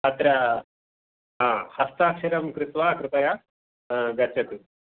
अत्र हस्ताक्षरं कृत्वा कृपया गच्छतु